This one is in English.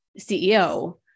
CEO